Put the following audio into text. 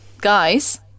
Guys